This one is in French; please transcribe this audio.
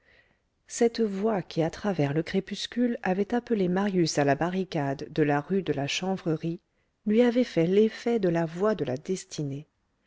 cette voix qui à travers le crépuscule avait appelé marius à la barricade de la rue de la chanvrerie lui avait fait l'effet de la voix de la destinée